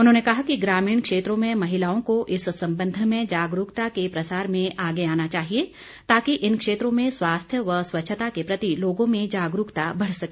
उन्होंने कहा कि ग्रामीण क्षेत्रों में महिलाओं को इस संबंध में जागरूकता के प्रसार में आगे आना चाहिए ताकि इन क्षेत्रों में स्वास्थ्य व स्वच्छता के प्रति लोगों में जागरूकता बढ़ सके